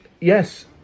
Yes